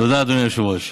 תודה, אדוני היושב-ראש.